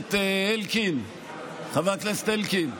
הכנסת אלקין,